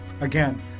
Again